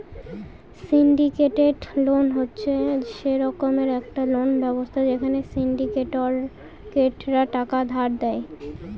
syndicated loan হচ্ছে সে রকমের একটা লোন ব্যবস্থা যেখানে সিন্ডিকেটরা টাকা ধার দেয়